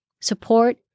support